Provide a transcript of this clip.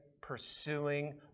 pursuing